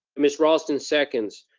miss raulston seconds.